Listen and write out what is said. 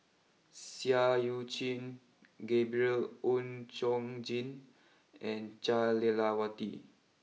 Seah Eu Chin Gabriel Oon Chong Jin and Jah Lelawati